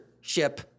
ship